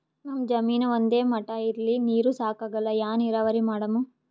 ನಮ್ ಜಮೀನ ಒಂದೇ ಮಟಾ ಇಲ್ರಿ, ನೀರೂ ಸಾಕಾಗಲ್ಲ, ಯಾ ನೀರಾವರಿ ಮಾಡಮು?